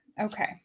Okay